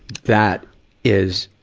that is,